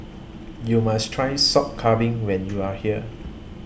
YOU must Try Sop Kambing when YOU Are here